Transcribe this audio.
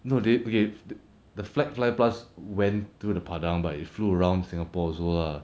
no they okay the flag flypast went through the padang but it flew around singapore also lah